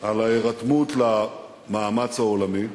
על ההירתמות למאמץ העולמי.